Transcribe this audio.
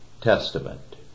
Testament